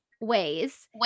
ways